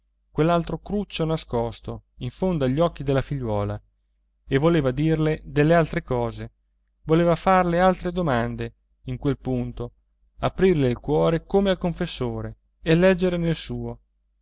quell'altro cruccio nascosto in fondo agli occhi della figliuola e voleva dirle delle altre cose voleva farle altre domande in quel punto aprirle il cuore come al confessore e leggere nel suo